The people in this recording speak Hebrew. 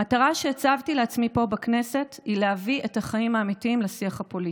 המטרה שהצבתי לעצמי פה בכנסת היא להביא את החיים האמיתיים לשיח הפוליטי,